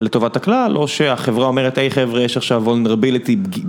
לטובת הכלל, או שהחברה אומרת, היי חבר'ה, יש עכשיו vulnerability